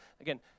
Again